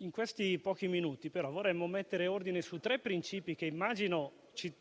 In questi pochi minuti, vorremmo mettere ordine su tre principi che immagino ci